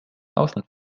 ausland